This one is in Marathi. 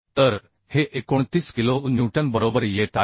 तर हे 29 किलो न्यूटन येत आहे